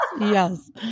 Yes